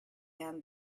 and